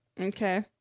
Okay